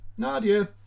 Nadia